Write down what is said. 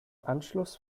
anschluss